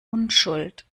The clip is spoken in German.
unschuld